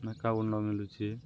ମେକାବନ ମିିଳୁଛି